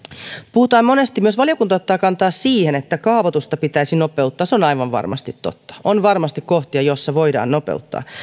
puhutaan monesti ja myös valiokunta ottaa kantaa siihen että kaavoitusta pitäisi nopeuttaa se on aivan varmasti totta on varmasti kohtia joissa voidaan nopeuttaa